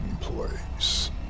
place